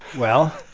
well,